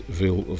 veel